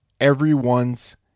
everyone's